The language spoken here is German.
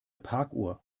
parkuhr